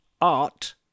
Art